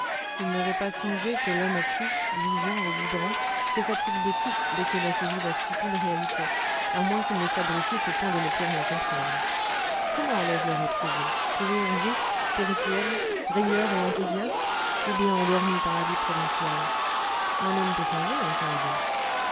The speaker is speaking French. il n'avait pas songé que l'homme actif vivant et vibrant se fatigue de tout dès qu'il a saisi la stupide réalité à moins qu'il ne s'abrutisse au point de ne plus rien comprendre comment allais-je le retrouver toujours vif spirituel rieur et enthousiaste ou bien endormi par la vie provinciale un homme peut changer en quinze ans